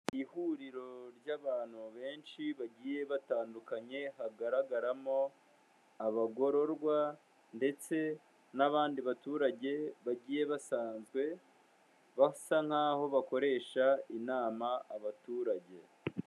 Ihuriro ry'abantu benshi bagiye batandukanye, hagaragaramo abagororwa ndetse n'abandi baturage bagiye basanzwe, basa nk'aho bakoresha inama abaturage.